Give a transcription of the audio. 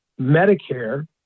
Medicare